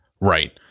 Right